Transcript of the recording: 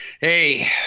Hey